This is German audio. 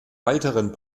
weiteren